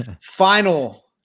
Final